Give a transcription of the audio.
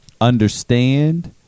understand